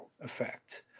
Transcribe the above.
effect